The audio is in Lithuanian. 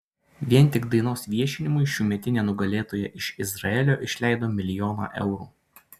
vien tik dainos viešinimui šiųmetinė nugalėtoja iš izraelio išleido milijoną eurų